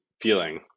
feeling